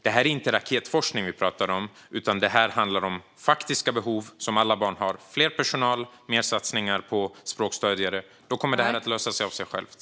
Det är inte raketforskning vi pratar om, utan detta handlar om faktiska behov som alla barn har, mer personal och mer satsningar på språkstödjare. Då kommer detta att lösa sig av sig självt.